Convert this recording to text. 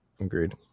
Agreed